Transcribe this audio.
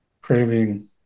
craving